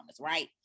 right